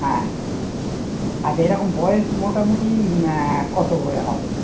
হ্যাঁ আচ্ছা এরকম বয়েস মোটামুটি কত করে হবে